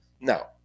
Now